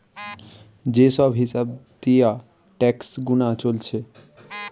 যে সব হিসাব দিয়ে ট্যাক্স গুনা চলছে